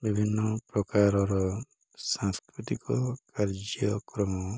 ବିଭିନ୍ନ ପ୍ରକାରର ସାଂସ୍କୃତିକ କାର୍ଯ୍ୟକ୍ରମ